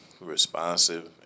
responsive